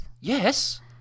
Yes